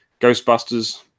Ghostbusters